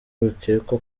bikekwa